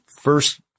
first